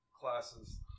classes